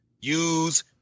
use